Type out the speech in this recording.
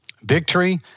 victory